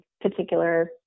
particular